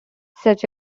such